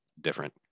different